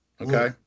Okay